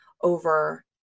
over